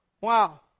Wow